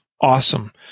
Awesome